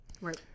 right